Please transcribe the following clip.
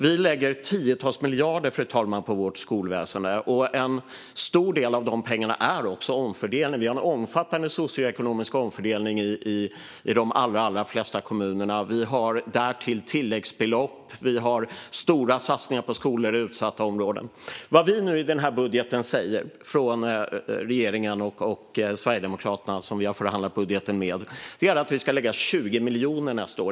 Vi lägger tiotals miljarder på vårt skolväsen, och en stor del av dessa pengar är omfördelning. Vi har en omfattande socioekonomisk omfördelning i de allra flesta kommuner. Vi har därtill tilläggsbelopp, och vi har stora satsningar på skolor i utsatta områden. Vad vi nu i den här budgeten säger från regeringen och Sverigedemokraterna, som vi har förhandlat budgeten med, är att vi ska lägga 20 miljoner nästa år.